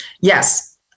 Yes